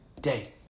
day